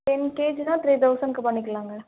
ten கேஜினா three தௌசணுக்கு பண்ணிக்கலாங்க